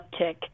uptick